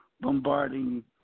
bombarding